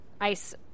ice